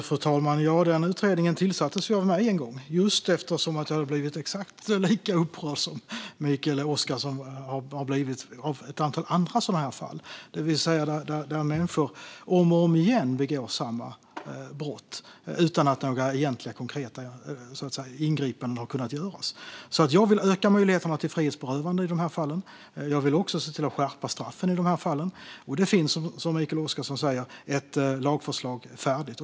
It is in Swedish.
Fru talman! Den utredningen tillsattes av mig en gång eftersom jag hade blivit exakt lika upprörd som Mikael Oscarsson över ett antal sådana här fall, där människor om och om igen begått samma brott utan att några egentliga konkreta ingripanden kunnat göras. Jag vill öka möjligheterna till frihetsberövande i de här fallen och se till att skärpa straffen. Det finns, som Mikael Oscarsson säger, ett färdigt lagförslag.